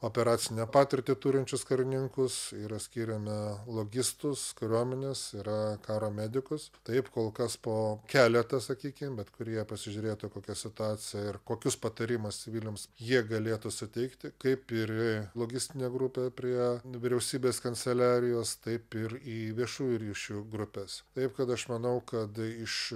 operacinę patirtį turinčius karininkus ir skiriame logistus kariuomenės yra karo medikus taip kol kas po keletą sakykim bet kurie pasižiūrėtų kokia situacija ir kokius patarimus civiliams jie galėtų suteikti kaip ir logistinė grupė prie vyriausybės kanceliarijos taip ir į viešųjų ryšių grupes taip kad aš manau kad iš